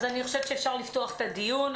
אז נפתח את הדיון.